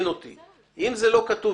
אם זה לא כתוב,